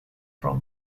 from